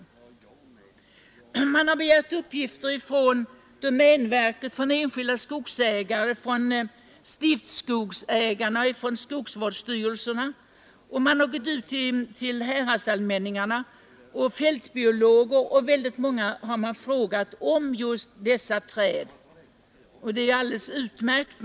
Naturvårdsverket har begärt uppgifter från domänverket, från enskilda skogsägare, från stiftskogsägarna och från skogsvårdsstyrelserna. Vidare har verket gått ut till häradsallmänningarna och man har frågat fältbiologer och andra om just dessa träd, och det är alldeles utmärkt.